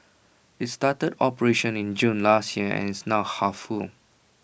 IT started operations in June last year and is now half full